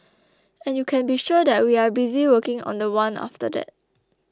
and you can be sure that we are busy working on the one after that